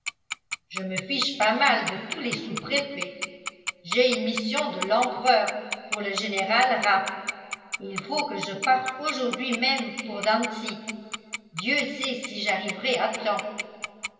je me fiche pas mal de tous les sous préfets j'ai une mission de l'empereur pour le général rapp et il faut que je parte aujourd'hui même pour dantzig dieu sait si j'arriverai à